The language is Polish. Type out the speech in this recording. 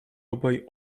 obaj